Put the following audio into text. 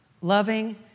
loving